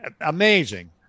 amazing